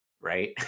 right